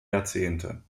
jahrzehnte